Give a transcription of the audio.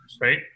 Right